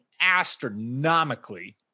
astronomically